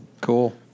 cool